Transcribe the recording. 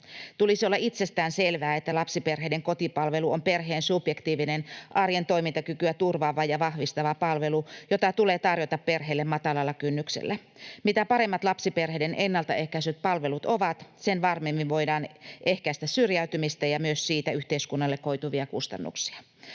Tulisi olla itsestään selvää, että lapsiperheiden kotipalvelu on perheen subjektiivinen, arjen toimintakykyä turvaava ja vahvistava palvelu, jota tulee tarjota perheille matalalla kynnyksellä. Mitä paremmat lapsiperheiden ennaltaehkäisevät palvelut ovat, sen varmemmin voidaan ehkäistä syrjäytymistä ja myös siitä yhteiskunnalle koituvia kustannuksia.